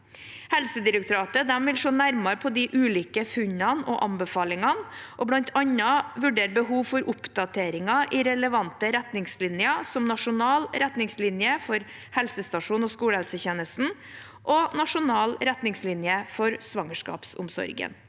Helsedirektoratet vil se nærmere på de ulike funnene og anbefalingene og bl.a. vurdere behov for oppdateringer i relevante retningslinjer, som nasjonal retningslinje for helsestasjon- og skolehelsetjenesten og nasjonal retningslinje for svangerskapsomsorgen.